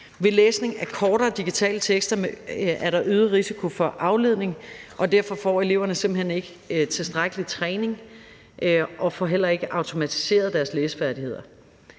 Ved læsning af kortere digitale tekster er der øget risiko for afledning, og derfor får eleverne simpelt hen ikke tilstrækkelig træning og får heller ikke automatiseret deres læsefærdigheder.